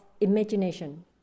imagination